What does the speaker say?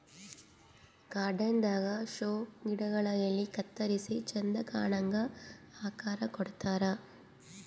garden ದಾಗಾ show ಗಿಡಗೊಳ್ ಎಲಿ ಕತ್ತರಿಸಿ ಚಂದ್ ಕಾಣಂಗ್ ಆಕಾರ್ ಕೊಡ್ತಾರ್